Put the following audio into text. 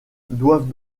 doivent